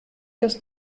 das